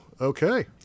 Okay